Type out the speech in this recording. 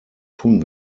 tun